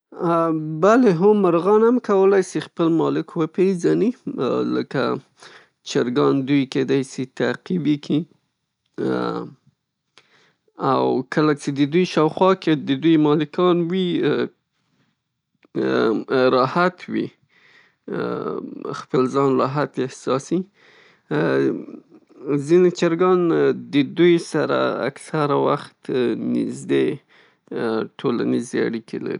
بلې هو مرغان هم کولی شي خپل مالک وپیژني لکه چرګان دوی کیدی شي تعقیب یې کي او کله چې د دوی شاوخوا کې د دوی مالکان وي، راحت وي خپل ځان راحت احساسيي. ځینې چرګان د دوی سره اکثره وخت نږدې ټولنیزې اړیکې لري.